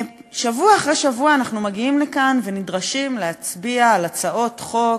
שבוע אחר שבוע אנחנו מגיעים לכאן ונדרשים להצביע על הצעות חוק,